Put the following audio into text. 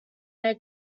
their